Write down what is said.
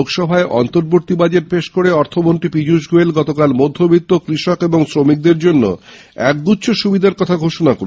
লোকসভায় অন্তবর্তী বাজেট পেশ করে অর্থমন্ত্রী পীযুষ গয়েল গতকাল মধ্যবিত্ত কৃষক ও শ্রমিকদের জন্য একগুচ্ছ সুবিধার কথা ঘোষণা করেছেন